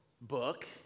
book